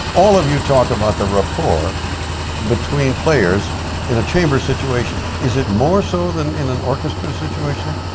all of you talk about the rapport between players in a chamber situation. is it more so than in an orchestra situation,